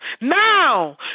Now